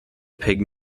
pig